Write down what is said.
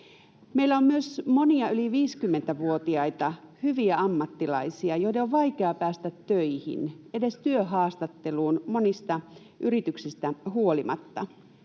Meillä on myös monia yli 50-vuotiaita hyviä ammattilaisia, joiden on vaikea päästä töihin, edes työhaastatteluun, monista yrityksistä huolimatta.